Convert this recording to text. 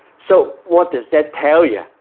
so what does that tell you?